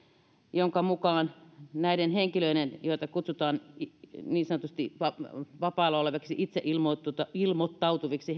jonka mukaan näiden henkilöiden joita kutsutaan niin sanotusti vapaalla oleviksi itse ilmoittautuviksi